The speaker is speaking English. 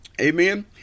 Amen